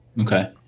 Okay